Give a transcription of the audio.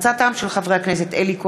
בהצעתם של חברי הכנסת אלי כהן,